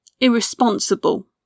irresponsible